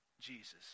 Jesus